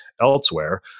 elsewhere